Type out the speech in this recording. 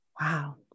Wow